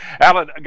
Alan